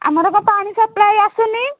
ଆମର କ'ଣ ପାଣି ସପ୍ଲାଏ ଆସୁନି